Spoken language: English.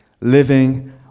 living